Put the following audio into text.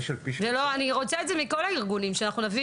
אני רוצה את זה מכל הארגונים שנבין